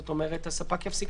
באמת אותו ספק לא נפגע